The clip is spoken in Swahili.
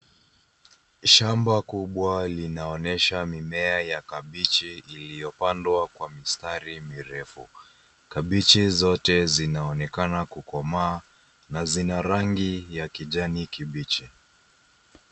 Shamba kubwa linaonyesha mimea ya kabichi iliyopandwa kwa mistari mirefu. Kabichi zote zinaonekana kukomaa na zina rangi ya kijani kibichi.